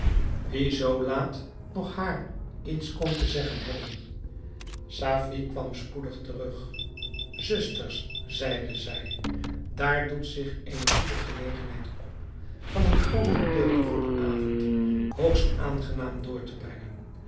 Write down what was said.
wie zoo laat nog haar iets kon te zeggen hebben safie kwam spoedig terug zusters zeide zij daar doet zich eene goede gelegenheid op van een groot gedeelte van den avond hoogst aangenaam door te brengen